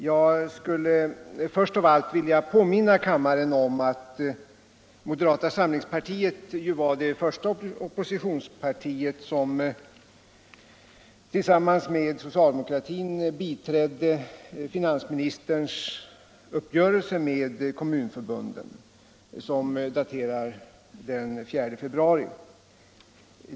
Jag skulle först av allt vilja påminna kammaren om att moderata samlingspartiet var det första oppositionsparti som tillsammans med socialdemokratin biträdde finansministerns uppgörelse med kommun förbunden som är daterad den 4 februari.